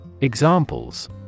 Examples